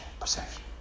possession